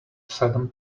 seven